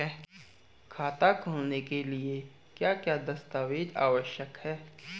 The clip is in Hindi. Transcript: खाता खोलने के लिए क्या क्या दस्तावेज़ आवश्यक हैं?